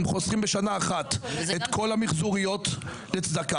הם חוסכים בשנה אחת את כל המיחזוריות לצדקה,